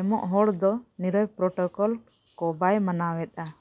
ᱮᱢᱚᱜ ᱦᱚᱲᱫᱚ ᱱᱤᱨᱟᱹᱭ ᱯᱨᱳᱴᱚᱠᱚᱞ ᱠᱚ ᱵᱟᱭ ᱢᱟᱱᱟᱣᱮᱫᱟ